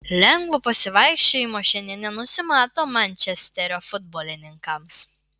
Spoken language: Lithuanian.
lengvo pasivaikščiojimo šiandien nenusimato mančesterio futbolininkams